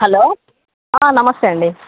hello నమస్తే అండీ